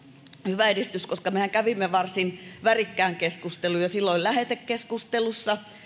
hyvä edistys koska mehän kävimme varsin värikkään keskustelun jo silloin lähetekeskustelussa